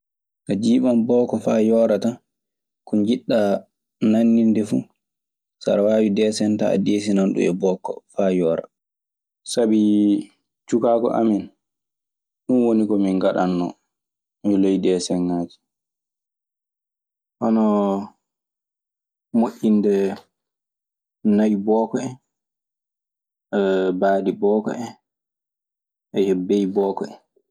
A jiiɓan booko faa yoora tan. Ko njiɗɗa nanndinde fuu, so aɗe waawi deesen a deesinan ɗun e booko koo faa yoora. Sabi cukaaku amen, ɗun woni ko min ngaɗannoo e ley deesenŋaaji. Honoo moƴƴinde nay booko en, baali booko en, bey booko en.